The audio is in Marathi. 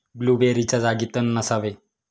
ब्लूबेरीच्या जागी तण नसावे